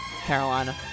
Carolina